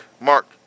mark